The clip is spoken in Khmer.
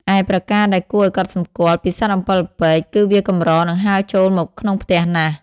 ឯប្រការដែលគួរឱ្យកត់សំគាល់ពីសត្វអំពិលអំពែក គឺវាកម្រនឹងហើរចូលមកក្នុងផ្ទះណាស់។